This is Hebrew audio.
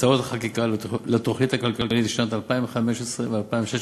והצעות החקיקה לתוכנית הכלכלית לשנים 2015 ו-2016